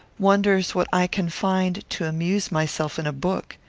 wonders what i can find to amuse myself in a book.